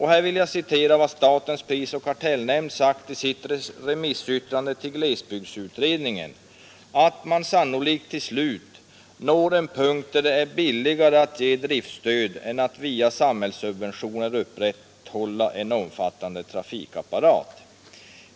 Här vill jag citera vad statens prisoch kartellnämnd sagt i sitt remissyttrande till glesbygdsutredningen, nämligen ”att man sannolikt till slut når en punkt där det blir billigare att ge driftstöd än att via samhällssubventioner upprätthålla en omfattande trafikapparat”.